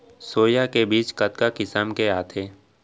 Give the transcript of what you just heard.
Soya के बीज कतका किसम के आथे?